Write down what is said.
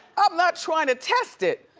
i'm not trying to test it,